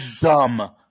dumb